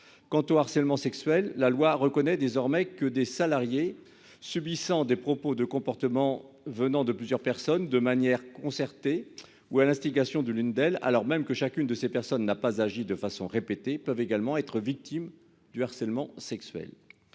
Quant au harcèlement sexuel. La loi reconnaît désormais que des salariés subissant des propos de comportement venant de plusieurs personnes de manière concertée ou à l'instigation de l'une d'elles, alors même que chacune de ces personnes n'a pas agi de façon répétée peuvent également être victimes du harcèlement sexuel.